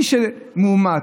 מי שמאומת,